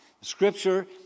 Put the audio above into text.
Scripture